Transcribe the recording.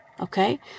okay